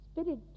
Spirit